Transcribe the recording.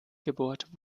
gebohrt